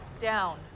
down